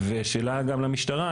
ושאלה גם למשטרה,